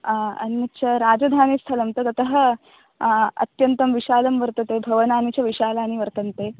एवं च राजधानि स्थलं तत् अतः अत्यन्तं विशालं वर्तते भवनादिषु विशालानि वर्तन्ते